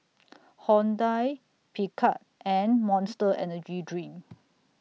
Hyundai Picard and Monster Energy Drink